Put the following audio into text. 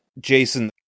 Jason